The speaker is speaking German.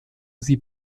sie